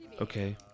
Okay